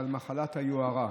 על מחלת היוהרה.